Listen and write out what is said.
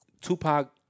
Tupac